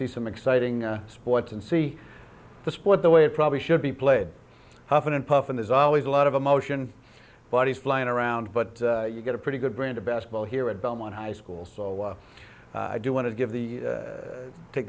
see some exciting sports and see the sport the way it probably should be played huffing and puffing there's always a lot of emotion bodies flying around but you get a pretty good brand of basketball here at belmont high school so i do want to give the